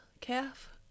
Calf